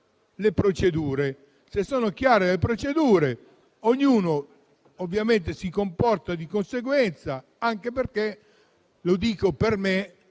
le procedure; se sono chiare le procedure, ognuno ovviamente si comporta di conseguenza, anche perché - lo dico per me